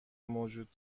موجود